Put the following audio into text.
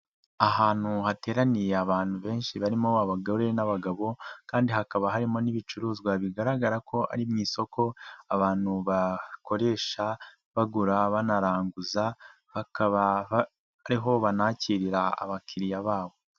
Ahantu hateraniye abantu benshi barimo abagore n'abagabo, kandi hakaba harimo n'ibicuruzwa bigaragara ko ari mu isoko abantu bakoresha bagura banaranguza, bakaba ariho banakirira abakiriya babo.